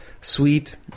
sweet